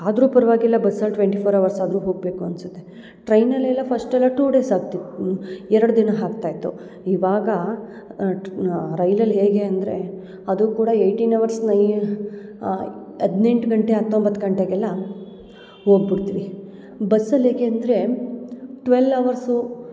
ಆದರೂ ಪರವಾಗಿಲ್ಲ ಬಸ್ಸಲ್ಲಿ ಟ್ವೆಂಟಿ ಫೋರ್ ಅವರ್ಸಾದ್ರೂ ಹೋಗಬೇಕು ಅನಿಸುತ್ತೆ ಟ್ರೈನಲ್ಲೆಲ್ಲ ಫಸ್ಟೆಲ್ಲ ಟೂ ಡೇಸ್ ಆಗ್ತಿ ಎರಡು ದಿನ ಆಗ್ತಾ ಇತ್ತು ಇವಾಗ ಟ್ ರೈಲಲ್ಲಿ ಹೇಗೆ ಅಂದರೆ ಅದೂ ಕೂಡ ಏಯ್ಟೀನ್ ಅವರ್ಸ್ನಲ್ಲಿ ಹದಿನೆಂಟು ಗಂಟೆ ಹತ್ತೊಂಬತ್ತು ಗಂಟೆಗೆಲ್ಲ ಹೋಗ್ಬುಡ್ತಿವಿ ಬಸ್ಸಲ್ಲಿ ಹೇಗೆ ಅಂದರೆ ಟ್ವೆಲ್ ಅವರ್ಸು